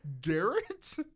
Garrett